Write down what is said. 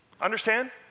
Understand